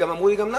ואמרו לי גם למה: